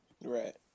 Right